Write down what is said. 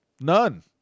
None